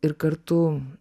ir kartu